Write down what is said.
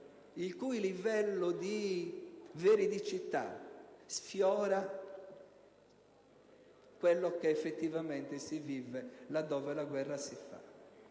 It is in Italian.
il cui livello di veridicità sfiora quello che, effettivamente, si vive là dove la guerra si